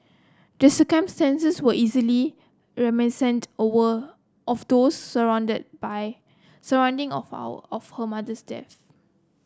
the circumstances were easily reminiscent over of those surrounded by surrounding of our of her mother's death